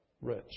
rich